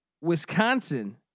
Wisconsin